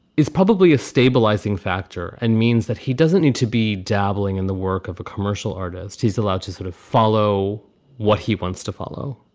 it's probably a stabilizing factor and means that he doesn't need to be dabbling in the work of a commercial artist, he's allowed to sort of follow what he wants to follow.